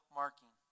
marking